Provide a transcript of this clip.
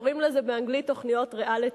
קוראים לזה באנגלית תוכניות ריאליטי.